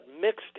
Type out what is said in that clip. mixed